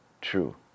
true